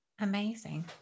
amazing